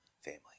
family